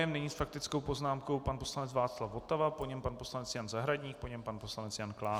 Nyní s faktickou poznámkou pan poslanec Václav Votava, po něm pan poslanec Jan Zahradník, po něm pan poslanec Jan Klán.